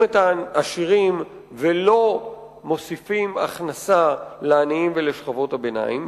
את העשירים ולא מוסיפים הכנסה לעניים ולשכבות הביניים,